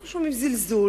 אנחנו שומעים זלזול.